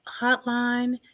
hotline